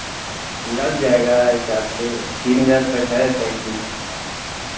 लग जाएगा हिसाब से तीन हज़ार तक है साइकिल